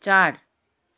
चार